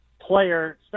player